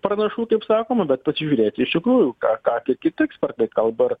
pranašų kaip sakoma bet pasižiūrėti iš tikrųjų ką ką kiti ekspertai kalba ir